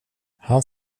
han